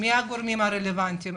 מי הגורמים הרלוונטיים?